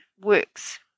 works